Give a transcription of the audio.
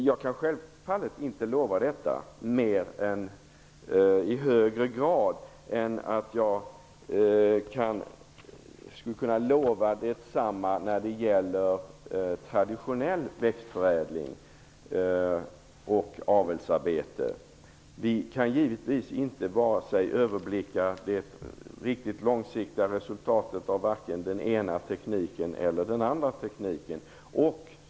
Jag kan självfallet inte lova det i högre grad än jag skulle kunna lova detsamma när det gäller traditionell växtförädling och avelsarbete. Givetvis kan vi inte överblicka det riktigt långsiktiga resultatet av vare sig den ena eller den andra tekniken.